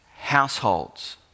households